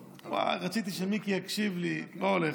וואו, רציתי שמיקי יקשיב לי, לא הולך.